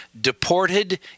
deported